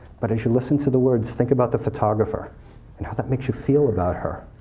but as you listen to the words, think about the photographer and how that makes you feel about her,